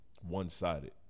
one-sided